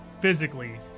Physically